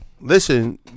Listen